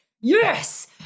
Yes